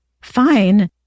Fine